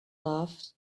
laughed